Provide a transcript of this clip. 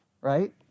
Right